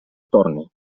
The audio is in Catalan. torne